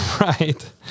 Right